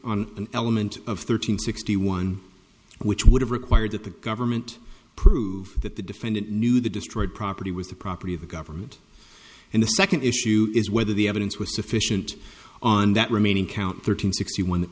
on an element of thirteen sixty one which would have required that the government prove that the defendant knew the destroyed property was the property of the government and the second issue is whether the evidence was sufficient on that remaining count thirteen sixty one that